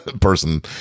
person